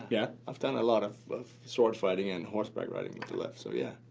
yeah? i've done a lot of of sword fighting and horseback riding with the left, so yeah.